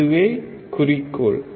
அதுவே குறிக்கோள்